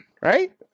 right